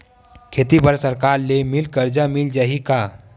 खेती बर सरकार ले मिल कर्जा मिल जाहि का?